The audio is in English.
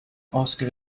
oscar